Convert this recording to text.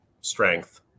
strength